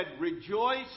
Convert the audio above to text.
Rejoice